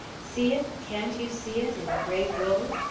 see it can't you see it in gray wool?